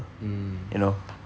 mm